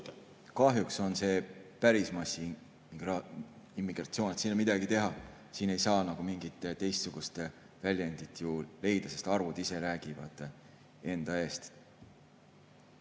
Kahjuks on see päris massiimmigratsioon, siin ei ole midagi teha. Siin ei saa nagu mingit teistsugust väljendit ju leida, sest arvud ise räägivad enda eest.